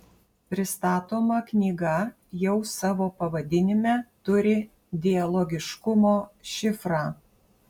pristatoma knyga jau savo pavadinime turi dialogiškumo šifrą